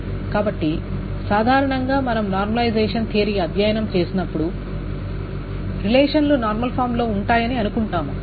కాబట్టి సాధారణంగా మనం నార్మలైజెషన్ థియరీ అధ్యయనం చేసినప్పుడు రిలేషన్లు నార్మల్ ఫామ్లో ఉంటాయని అనుకుంటాము